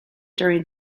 during